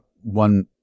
one